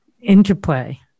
interplay